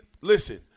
Listen